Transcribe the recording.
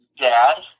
dad